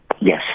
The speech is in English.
Yes